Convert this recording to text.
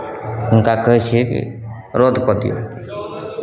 हुनका कहै छियै कि रद्द कऽ दिऔ